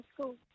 school